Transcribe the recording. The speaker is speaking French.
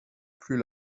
plus